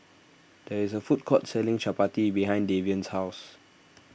there is a food court selling Chapati behind Davion's house